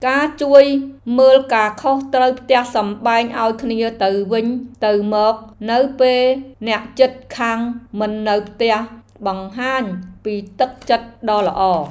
ការជួយមើលការខុសត្រូវផ្ទះសម្បែងឱ្យគ្នាទៅវិញទៅមកនៅពេលអ្នកជិតខាងមិននៅផ្ទះបង្ហាញពីទឹកចិត្តដ៏ល្អ។